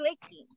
clicking